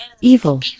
Evil